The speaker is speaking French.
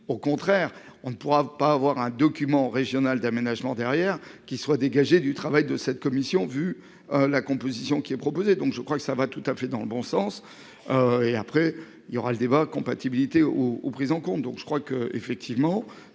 Au contraire, on ne pourra pas avoir un document régional d'aménagement derrière qui soient dégagé du travail de cette commission, vu la composition qui est proposée. Donc je crois que ça va tout à fait dans le bon sens. Et après il aura le débat compatibilité o prise en compte. Donc je crois que effectivement